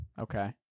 Okay